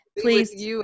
please